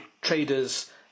traders